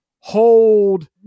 hold